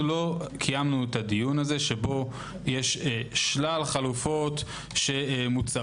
אנו לא קיימנו את הדיון הזה שבו יש שלל חלופות שמוצעות.